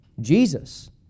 Jesus